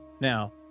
Now